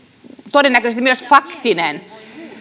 todennäköisesti myös faktinen joka olisi